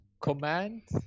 Command